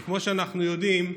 כי כמו שאנחנו יודעים,